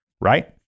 right